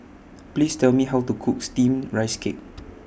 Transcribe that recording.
Please Tell Me How to Cook Steamed Rice Cake